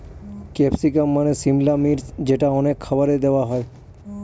capsicum মানে সিমলা মির্চ যেটা অনেক খাবারে দেওয়া হয়